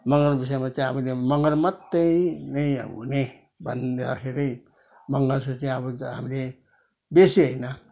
मगरको विषयमा चाहिँ आफूले मगर मात्रै नै हुने भन्दाखेरि मगरको चाहिँ अब हामीले बेसी होइन